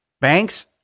Banks